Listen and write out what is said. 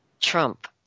Trump